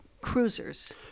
Cruisers